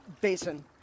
Basin